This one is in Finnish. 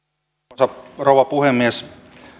arvoisa rouva puhemies